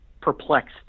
perplexed